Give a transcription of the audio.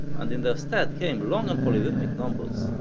and in their stead came long and polyrhythmic numbers,